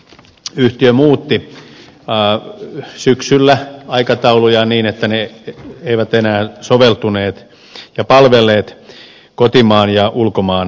yhtiö muutti syksyllä aikataulujaan niin että ne eivät enää soveltuneet kotimaan ja ulkomaan matkustajien palvelemiseen